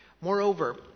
Moreover